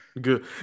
Good